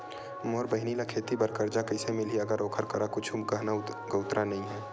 मोर बहिनी ला खेती बार कर्जा कइसे मिलहि, अगर ओकर करा कुछु गहना गउतरा नइ हे?